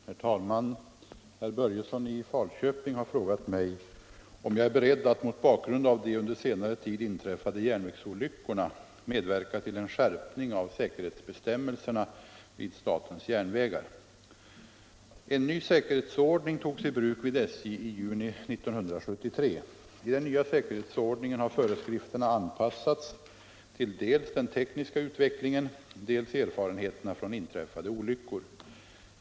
Herr talman! Herr Börjesson i Falköping har frågat mig om jag är beredd att — mot bakgrund av de under senare tid inträffade järnvägsolyckorna — medverka till en skärpning av säkerhetsbestämmelserna vid statens järnvägar. En ny säkerhetsordning togs i bruk vid SJ i juni 1973. I den nya säkerhetsordningen har föreskrifterna anpassats till dels den tekniska utvecklingen, dels erfarenheterna från inträffade olyckor.